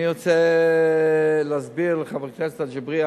אני רוצה להסביר לחבר הכנסת אגבאריה,